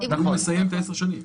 אם הוא מסיים את עשר השנים.